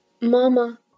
Mama